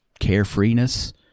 carefreeness